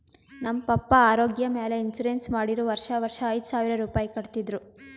ನಮ್ ಪಪ್ಪಾ ಆರೋಗ್ಯ ಮ್ಯಾಲ ಇನ್ಸೂರೆನ್ಸ್ ಮಾಡಿರು ವರ್ಷಾ ವರ್ಷಾ ಐಯ್ದ ಸಾವಿರ್ ರುಪಾಯಿ ಕಟ್ಟತಿದ್ರು